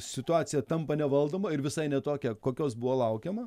situacija tampa nevaldoma ir visai ne tokia kokios buvo laukiama